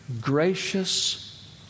gracious